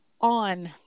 on